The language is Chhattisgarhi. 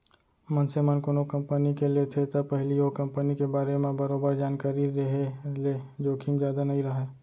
मनसे मन कोनो कंपनी के लेथे त पहिली ओ कंपनी के बारे म बरोबर जानकारी रेहे ले जोखिम जादा नइ राहय